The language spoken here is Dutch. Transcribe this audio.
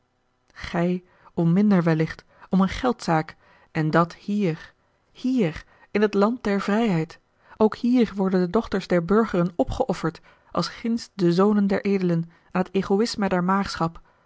gij om minder wellicht om eene geldzaak en dat hier hier in het land der vrijheid ook hier worden de dochters der burgeren opgeofferd als ginds de zonen der edelen aan het